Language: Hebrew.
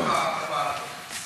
אנחנו גם, נכון,